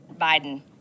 Biden